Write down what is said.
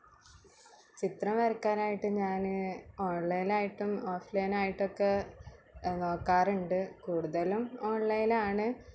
ചിത്രം വരയ്ക്കാനായിട്ട് ഞാന് ഓൺലൈനായിട്ടും ഓഫ് ലൈനായിട്ടൊക്കെ നോക്കാറുണ്ട് കൂടുതലും ഓൺ ലൈനാണ്